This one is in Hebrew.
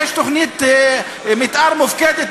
יש תוכנית מתאר מופקדת,